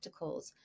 practicals